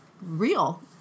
real